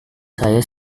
saya